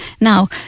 Now